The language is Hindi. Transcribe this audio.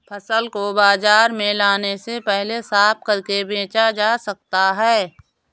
फसल को बाजार में लाने से पहले साफ करके बेचा जा सकता है?